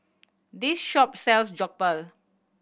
this shop sells Jokbal